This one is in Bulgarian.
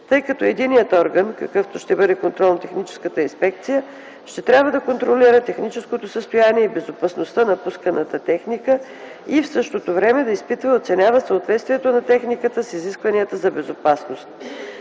тъй като единният орган, какъвто ще бъде Контролно-техническата инспекция, ще трябва да контролира техническото състояние и безопасността на пусканата техника и в същото време да изпитва и оценява съответствието на техниката с изискванията за безопасност.